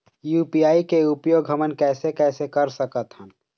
UPI के उपयोग हमन कैसे कैसे कर सकत हन?